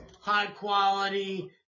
high-quality